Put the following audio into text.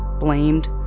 blamed.